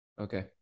Okay